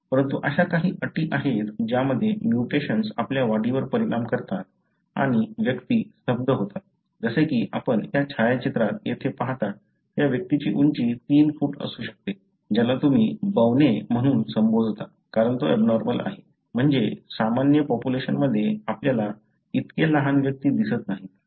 परंतु अशा काही अटी आहेत ज्यामध्ये म्युटेशन्स आपल्या वाढीवर परिणाम करतात आणि व्यक्ती स्तब्ध होतात जसे की आपण या छायाचित्रात येथे पाहता त्या व्यक्तीची उंची 3 फूट असू शकते ज्याला तुम्ही बौने म्हणून संबोधता कारण तो एबनॉर्मल आहे म्हणजे सामान्य पॉप्युलेशनमध्ये आपल्याला इतके लहान व्यक्ती दिसत नाहीत